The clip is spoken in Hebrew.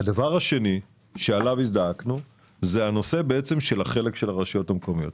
הדבר השני שעליו הזדעקנו זה החלק של הרשויות המקומיות.